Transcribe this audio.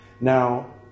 Now